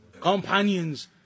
companions